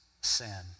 sin